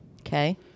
Okay